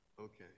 Okay